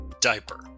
Diaper